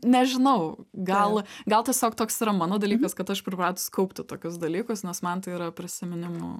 nežinau gal gal tiesiog toks yra mano dalykas kad aš pripratus kaupti tokius dalykus nes man tai yra prisiminimų